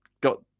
got